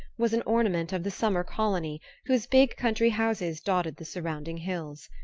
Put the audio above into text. was an ornament of the summer colony whose big country-houses dotted the surrounding hills.